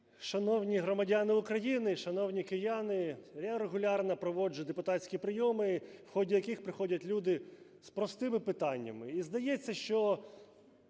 Шановні громадяни України, шановні кияни! Я регулярно проводжу депутатські прийоми, в ході яких приходять люди з простими питаннями.